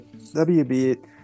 WB